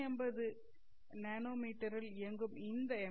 எம்மில் இயங்கும் இந்த எம்